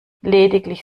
lediglich